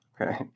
okay